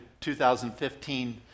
2015